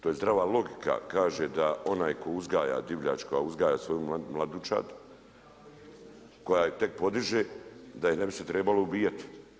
To je zdrava logika, kaže da onaj tko uzgaja divljač, koja uzgaja svoju mladunčad, koja je tek podiže da ju se ne bi trebalo ubijat.